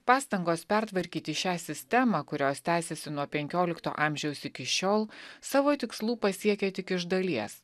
pastangos pertvarkyti šią sistemą kurios tęsiasi nuo penkiolikto amžiaus iki šiol savo tikslų pasiekė tik iš dalies